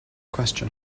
question